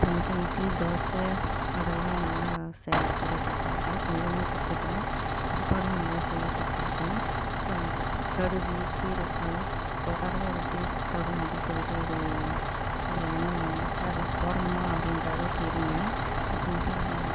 அப்புறமேட்டா இட்லி தோசை அதெல்லாம் நல்லா செய்ய சுட கற்றுக்கிட்டேன் செய்யவும் கற்றுட்டேன் சாப்பாடும் நல்லா செய்ய கற்றுக்கிட்டேன் க கடுகு சீரகம் அதெலாம் போட்டால் தான் ஒரு டேஸ்ட் தரும் அப்படி சொல்லிவிட்டு ஒரு ஒரு எண்ணம் வந்துச்சு அதெலாம் போடணுமா அப்படின்ற அளவுக்கு இருந்தேன் அப்புறமேட்டா